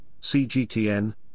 CGTN